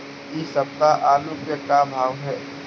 इ सप्ताह आलू के का भाव है?